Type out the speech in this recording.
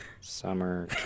summer